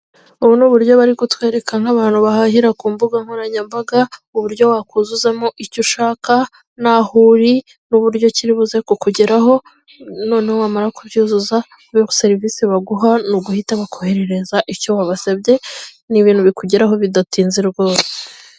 Ubu ni uburyo bari kutwereka nk'abantu bahahira ku mbuga nkoranyambaga, uburyo wakuzuzamo icyo ushaka, naho uri n'uburyo kiri buze kukugeraho noneho wamara kubyuzuza serivisi baguha ni uguhita bakoherereza icyo wabasabye ni ibintu bikugeraho bidatinze rwose.